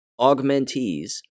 augmentees